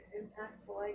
impactful